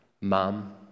Mom